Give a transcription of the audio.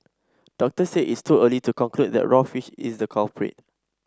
doctors said it is too early to conclude that raw fish is the culprit